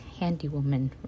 handywoman